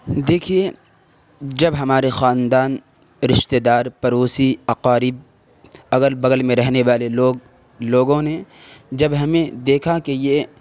دیکھیے جب ہمارے خاندان رشتے دار پڑوسی اقارب اغل بغل میں رہنے والے لوگ لوگوں نے جب ہمیں دیکھا کہ یہ